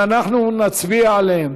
ואנחנו נצביע עליהן.